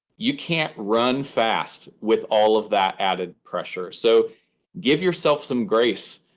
you can't run fast with all of that added pressure. so give yourself some grace.